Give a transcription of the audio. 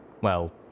Well